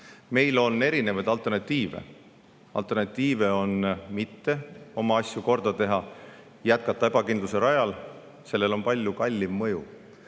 Meil on erinevaid alternatiive. Üks on mitte oma asju korda teha, vaid jätkata ebakindluse rajal. Sellel on palju kallim mõju.